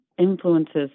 influences